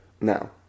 Now